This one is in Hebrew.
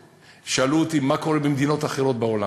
שאלו אותי מה קורה במדינות אחרות בעולם.